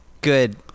good